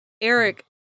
Eric